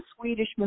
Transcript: Swedish